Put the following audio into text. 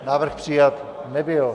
Návrh přijat nebyl.